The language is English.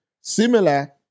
similar